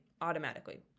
automatically